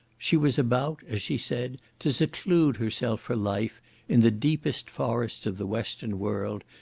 she was about, as she said, to seclude herself for life in the deepest forests of the western world,